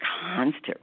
constant